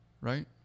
right